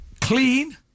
clean